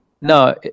No